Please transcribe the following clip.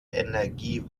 energie